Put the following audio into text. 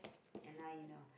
ya now you know